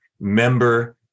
member